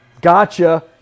Gotcha